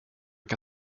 kan